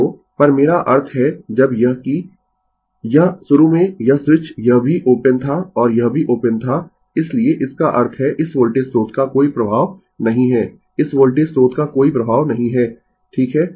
तो पर मेरा अर्थ है जब यह कि यह शुरू में यह स्विच यह भी ओपन था और यह भी ओपन था इसलिए इसका अर्थ है इस वोल्टेज स्रोत का कोई प्रभाव नहीं है इस वोल्टेज स्रोत का कोई प्रभाव नहीं है ठीक है